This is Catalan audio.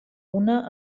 una